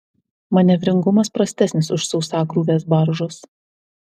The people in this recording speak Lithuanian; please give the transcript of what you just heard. manevringumas prastesnis už sausakrūvės baržos